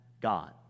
God